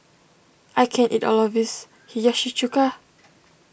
I can't eat all of this Hiyashi Chuka